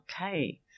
Okay